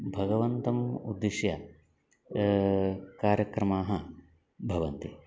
भगवन्तम् उद्दिश्य कार्यक्रमाः भवन्ति